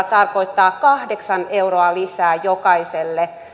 tarkoittaa kahdeksan euroa lisää jokaiselle